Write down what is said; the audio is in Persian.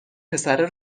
پسره